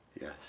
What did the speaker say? Yes